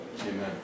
Amen